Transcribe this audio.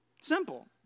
Simple